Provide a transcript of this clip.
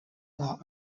law